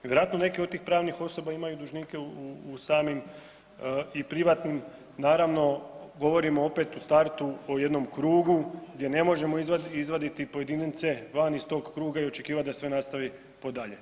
Vjerojatno neki od tih pravnih osoba imaju dužnike u samim i privatnim, naravno govorimo opet u startu o jednom krugu gdje ne možemo izvaditi pojedince van iz tog kruga i očekivat da sve nastavi dalje.